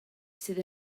sydd